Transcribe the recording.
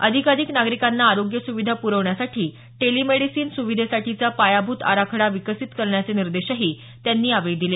अधिकाधिक नागरिकांना आरोग्य सुविधा पुरवण्यासाठी टेलीमेडिसीन सुविधेसाठीचा पायाभूत आराखडा विकसित करण्याचे निर्देशही त्यांनी यावेळी दिले